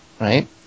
Right